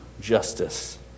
justice